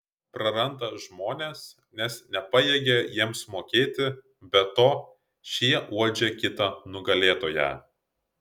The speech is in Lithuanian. praranda žmones nes nepajėgia jiems mokėti be to šie uodžia kitą nugalėtoją